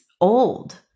old